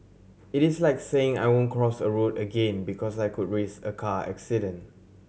it is like saying I won't cross a road again because I could risk a car accident